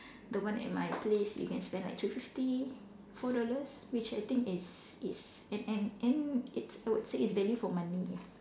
the one at my place you can spend like two fifty four dollars which I think is is and and and it's I would say it's value for money ya